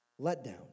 letdown